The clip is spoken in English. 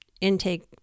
intake